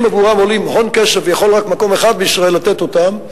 עבורם עולים הון כסף ויכול רק מקום אחד בישראל לתת אותם,